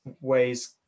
ways